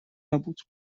نبود